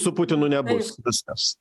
su putinu nebus viskas